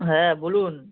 হ্যাঁ বলুন